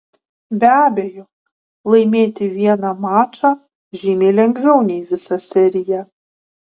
be abejo laimėti vieną mačą žymiai lengviau nei visą seriją